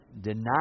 deny